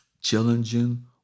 challenging